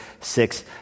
six